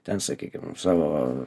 ten sakykim savo